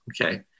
Okay